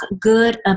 good